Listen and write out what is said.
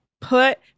Put